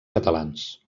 catalans